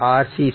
ஆகும்